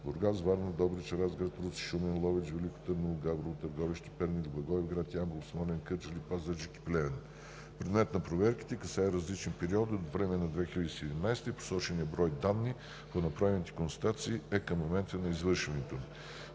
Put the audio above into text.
Бургас, Варна, Добрич, Разград, Русе, Шумен, Ловеч, Велико Търново, Габрово, Търговище, Перник, Благоевград, Ямбол, Смолян, Кърджали, Пазарджик и Плевен. Предметът на проверките касае различни периоди от време на 2017 г. и посоченият брой данни по направените констатации е към момента на извършването